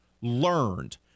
learned